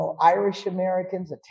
Irish-Americans